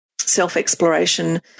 self-exploration